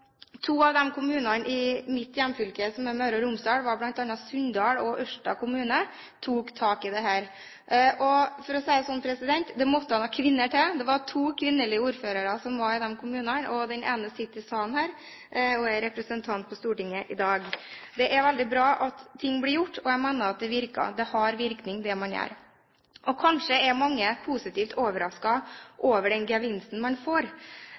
Romsdal, Sunndal kommune og Ørsta kommune, tok tak i dette. For å si det sånn: Det måtte noen kvinner til. Det var kvinnelige ordførere i de to kommunene. Den ene sitter her i salen og er representant på Stortinget i dag. Det er veldig bra at ting blir gjort, og jeg mener at det har virkning, det man gjør. Kanskje er mange positivt overrasket over den gevinsten man får